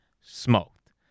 smoked